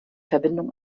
verbindung